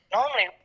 Normally